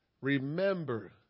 Remember